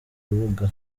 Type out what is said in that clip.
rubuga